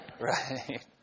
right